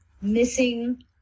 missing